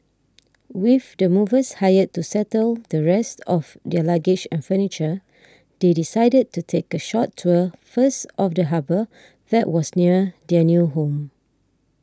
with the movers hired to settle the rest of their luggage and furniture they decided to take a short tour first of the harbour that was near their new home